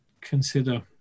consider